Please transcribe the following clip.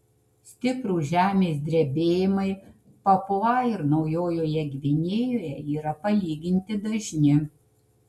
stiprūs žemės drebėjimai papua ir naujojoje gvinėjoje yra palyginti dažni